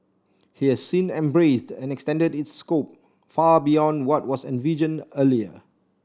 he has since embraced and extended its scope far beyond what was envisioned earlier